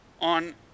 on